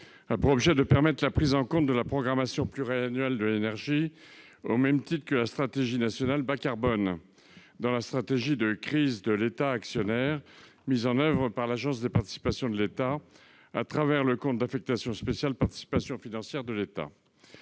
pour objet de permettre la prise en compte de la programmation pluriannuelle de l'énergie, au même titre que la stratégie nationale bas-carbone dans la stratégie de crise de l'État actionnaire, mise en oeuvre par l'Agence des participations de l'État, à travers le compte d'affectation spéciale « Participations financières de l'État